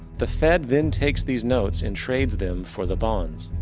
the fed than takes these notes and trades them for the bonds.